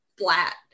flat